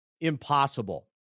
impossible